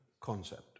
concept